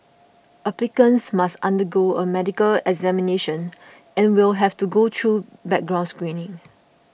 applicants must undergo a medical examination and will have to go through background screening